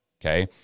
Okay